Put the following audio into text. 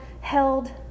held